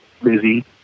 busy